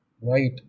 right